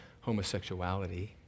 homosexuality